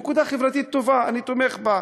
נקודה חברתית טובה, אני תומך בה.